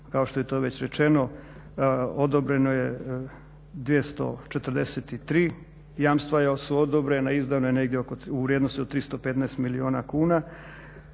kao što je to već rečeno odobreno je 243 jamstva su odobrena. Izdano je negdje u vrijednosti od 315 milijuna kuna